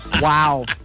Wow